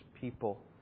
people